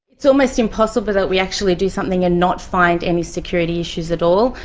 it's almost impossible that we actually do something and not find any security issues at all.